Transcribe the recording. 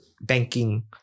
banking